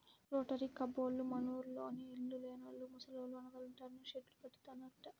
rotary కబ్బోళ్ళు మనూర్లోని ఇళ్ళు లేనోళ్ళు, ముసలోళ్ళు, అనాథలుంటానికి షెడ్డు కట్టిత్తన్నారంట